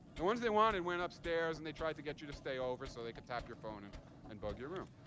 the ones they wanted went upstairs. and they tried to get you to stay over so they could tap your phone and and bug your room.